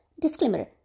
Disclaimer